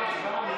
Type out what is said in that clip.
יש ממשלה?